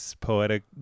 poetic